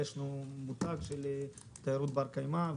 ויש לנו מותג של תיירות בת-קיימא,